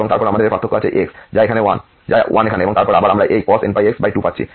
এবং তারপর আমাদের এর পার্থক্য আছে x যা 1 এখানে এবং তারপর আবার আমরা এই cos nπx2 পাচ্ছি